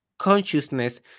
Consciousness